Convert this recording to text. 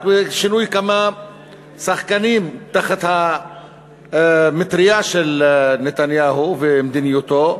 רק בשינוי כמה שחקנים תחת המטרייה של נתניהו ומדיניותו,